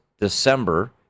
December